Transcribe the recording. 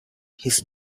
his